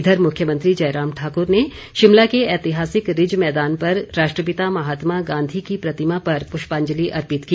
इधर मुख्यमंत्री जयराम ठाकुर ने शिमला के ऐतिहासिक रिज मैदान पर राष्ट्रपिता महात्मा गांधी की प्रतिमा पर पुष्पांजलि अर्पित की